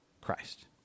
Christ